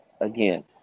again